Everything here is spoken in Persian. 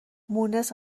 مونس